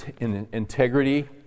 integrity